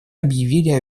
объявили